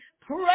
Pray